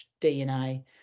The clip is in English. DNA